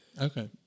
Okay